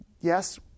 Yes